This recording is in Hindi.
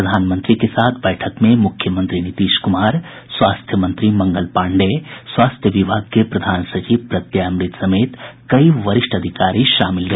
प्रधानमंत्री के साथ बैठक में मुख्यमंत्री नीतीश कुमार स्वास्थ्य मंत्री मंगल पांडेय स्वास्थ्य विभाग के प्रधान सचिव प्रत्यय अमृत समेत कई वरिष्ठ अधिकारी शामिल रहे